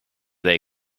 they